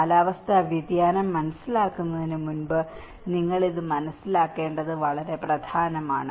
കാലാവസ്ഥാ വ്യതിയാനം മനസ്സിലാക്കുന്നതിന് മുമ്പ് ഇത് നിങ്ങൾ മനസ്സിലാക്കേണ്ടത് വളരെ പ്രധാനമാണ്